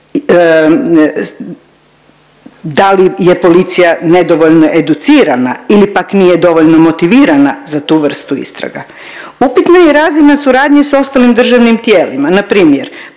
da li je policija nedovoljno educirana ili pa nije dovoljno motivirana za tu vrstu istraga. Upitna je razina suradnje s ostalim državnim tijelima npr.